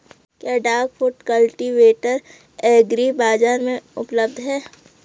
क्या duck foot cultivator agri बाज़ार में उपलब्ध है?